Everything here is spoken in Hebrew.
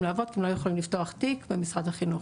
לעבוד כי הם לא יכולים לפתוח תיק במשרד החינוך.